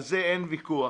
על זה אין ויכוח,